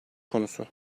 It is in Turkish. konusu